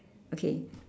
okay